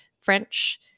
French